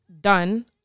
done